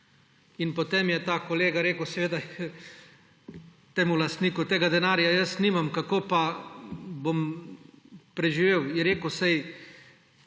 Potem je ta kolega rekel, seveda temu lastniku, tega denarja jaz nimam, kako pa bom preživel. Je rekel, saj